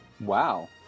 Wow